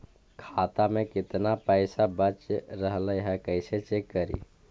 खाता में केतना पैसा बच रहले हे कैसे चेक करी?